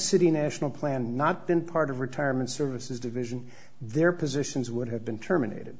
city national plan not been part of retirement services division their positions would have been terminated